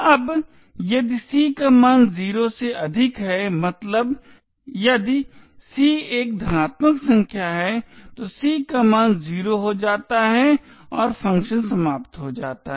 अब यदि c का मान 0 से अधिक है मतलब यदि c एक धनात्मक संख्या है तो c का मान 0 हो जाता है और फ़ंक्शन समाप्त हो जाता है